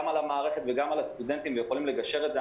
גם על המערכת וגם על הסטודנטים ויכולים לגשר את זה,